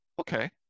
Okay